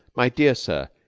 my dear sir,